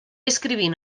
escrivint